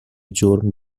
جرم